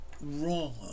wrong